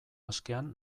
askean